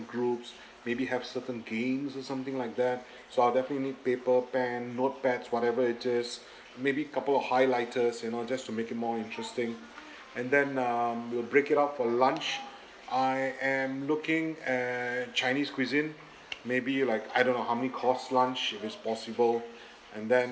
groups maybe have certain games or something like that so I'll definitely need paper pen notepads whatever it is maybe couple of highlighters you know just to make it more interesting and then um we'll break it up for lunch I am looking at chinese cuisine maybe like I don't know how many course lunch if it's possible and then